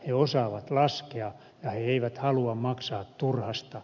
he osaavat laskea ja he eivät halua maksaa turhasta